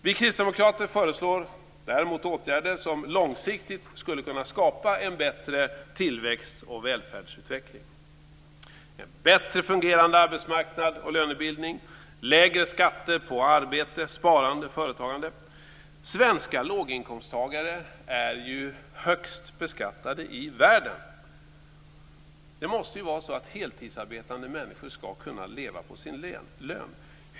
Vi kristdemokrater föreslår däremot åtgärder som långsiktigt skulle kunna skapa en bättre tillväxt och välfärdsutveckling, en bättre fungerande arbetsmarknad och lönebildning, lägre skatter på arbete, sparande och företagande. Svenska låginkomsttagare är högst beskattade i världen. Det måste ju vara så att heltidsarbetande människor ska kunna leva på sin lön.